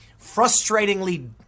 frustratingly